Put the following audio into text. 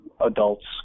adults